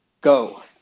go